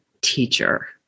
teacher